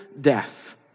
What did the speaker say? death